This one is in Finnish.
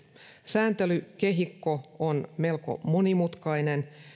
sääntelykehikko on melko monimutkainen